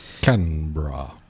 Canberra